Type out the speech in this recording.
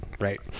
Right